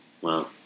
Wow